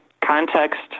Context